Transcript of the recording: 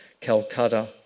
Calcutta